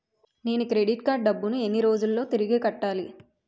నేను credit card డబ్బును ఎన్ని రోజుల్లో తిరిగి కట్టాలి?